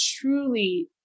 truly